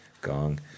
Gong